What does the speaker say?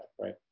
right